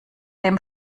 dem